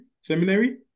Seminary